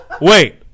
Wait